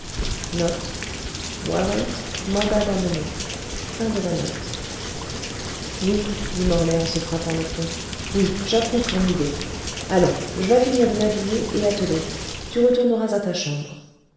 oui dit morlaix en se frappant le front oui j'approuve ton idée allons j'vas finir de m'habiller et atteler tu retourneras à ta chambre